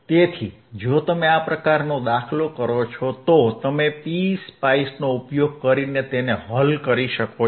તેથી જો તમે આ પ્રકારનો દાખલો કરો છો તો તમે PSpice નો ઉપયોગ કરીને તેને હલ કરી શકો છો